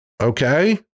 Okay